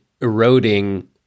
eroding